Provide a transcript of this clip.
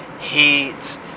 heat